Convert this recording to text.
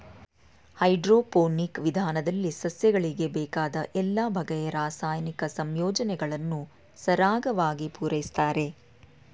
hydroponic ವಿಧಾನದಲ್ಲಿ ಸಸ್ಯಗಳಿಗೆ ಬೇಕಾದ ಎಲ್ಲ ಬಗೆಯ ರಾಸಾಯನಿಕ ಸಂಯೋಜನೆಗಳನ್ನು ಸರಾಗವಾಗಿ ಪೂರೈಸುತ್ತಾರೆ